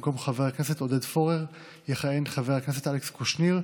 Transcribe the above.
במקום חבר הכנסת עודד פורר יכהן חבר הכנסת אלכס קושניר,